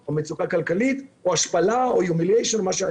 או מצוקה כלכלית או השפלה וכדומה,